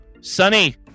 Sunny